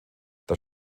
das